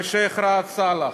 ושיח' ראאד סלאח?